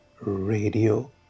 Radio